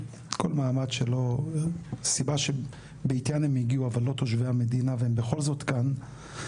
כל סיבה שבעטיה הם הגיעו אבל לא תושבי המדינה והם בכל זאת כאן,